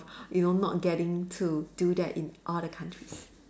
you know not getting to do that in all the countries